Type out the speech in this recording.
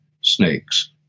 snakes